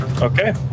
Okay